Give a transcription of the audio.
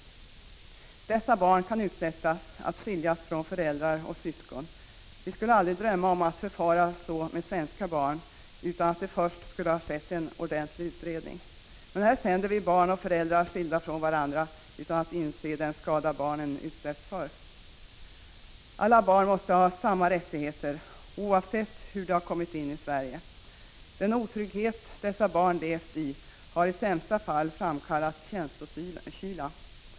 1985/86:50 Dessa barn kan bli utsatta för att skiljas från föräldrar och syskon. Vi skulle 12 december 1985 aldrig drömma om att förfara på detta sätt mot svenska barn utan att det först. 7 hade skett en ordentlig utredning. Men här skiljer vi barn och föräldrar från varandra utan att inse den skada som barnen utsätts för. Alla barn måste ha samma rättigheter oavsett hur de har kommit in i Sverige. Den otrygghet dessa barn levt i har i sämsta fall framkallat känslokyla.